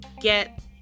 get